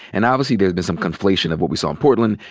and obviously there's been some conflation of what we saw in portland.